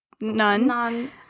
none